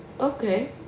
Okay